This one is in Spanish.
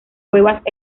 cuevas